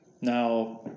Now